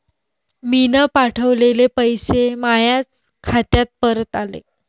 मीन पावठवलेले पैसे मायाच खात्यात परत आले